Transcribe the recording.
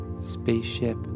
Spaceship